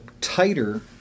tighter